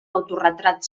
autoretrat